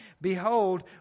behold